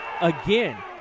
again